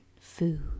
food